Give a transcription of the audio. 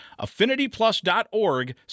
affinityplus.org